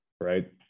right